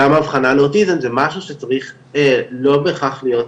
גם אבחנה לאוטיזם זה משהו שצריך לא בהכרח להיות,